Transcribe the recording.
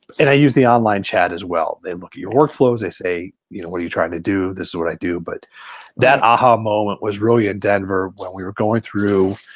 and i use the online chat as well. they look at your workflows, they say you know what are you trying to do? this is what i do but that aha moment was really in denver when we were going through.